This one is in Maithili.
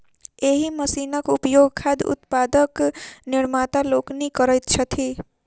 एहि मशीनक उपयोग खाद्य उत्पादक निर्माता लोकनि करैत छथि